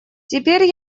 теперь